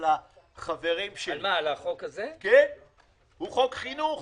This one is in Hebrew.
הוא חוק חינוך.